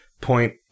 point